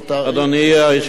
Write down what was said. אדוני היושב-ראש,